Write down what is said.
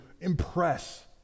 impress